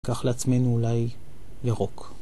לקח לעצמנו אולי ירוק